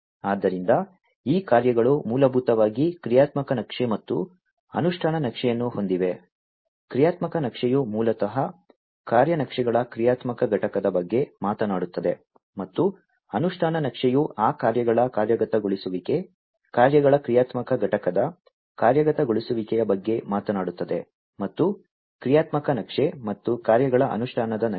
ಆದ್ದರಿಂದ ಈ ಕಾರ್ಯಗಳು ಮೂಲಭೂತವಾಗಿ ಕ್ರಿಯಾತ್ಮಕ ನಕ್ಷೆ ಮತ್ತು ಅನುಷ್ಠಾನ ನಕ್ಷೆಯನ್ನು ಹೊಂದಿವೆ ಕ್ರಿಯಾತ್ಮಕ ನಕ್ಷೆಯು ಮೂಲತಃ ಕಾರ್ಯ ನಕ್ಷೆಗಳ ಕ್ರಿಯಾತ್ಮಕ ಘಟಕದ ಬಗ್ಗೆ ಮಾತನಾಡುತ್ತದೆ ಮತ್ತು ಅನುಷ್ಠಾನ ನಕ್ಷೆಯು ಆ ಕಾರ್ಯಗಳ ಕಾರ್ಯಗತಗೊಳಿಸುವಿಕೆ ಕಾರ್ಯಗಳ ಕ್ರಿಯಾತ್ಮಕ ಘಟಕದ ಕಾರ್ಯಗತಗೊಳಿಸುವಿಕೆಯ ಬಗ್ಗೆ ಮಾತನಾಡುತ್ತದೆ ಮತ್ತು ಕ್ರಿಯಾತ್ಮಕ ನಕ್ಷೆ ಮತ್ತು ಕಾರ್ಯಗಳ ಅನುಷ್ಠಾನದ ನಕ್ಷೆ